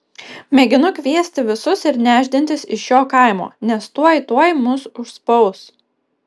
mėginu kviesti visus ir nešdintis iš šio kaimo nes tuoj tuoj mus užspaus